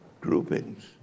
groupings